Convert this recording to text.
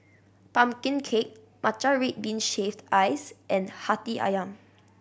pumpkin cake matcha red bean shaved ice and Hati Ayam